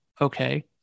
okay